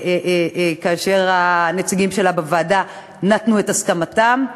כאשר הנציגים שלה בוועדה נתנו את הסכמתם.